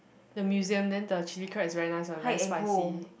the museum then the chili crab is very nice one very spicy